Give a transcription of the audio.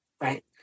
right